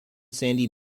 sandy